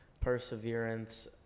Perseverance